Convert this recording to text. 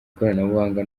ikoranabuhanga